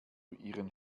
ihren